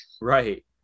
right